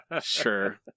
Sure